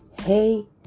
Hey